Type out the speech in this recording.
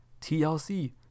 TLC